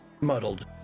Muddled